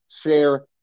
share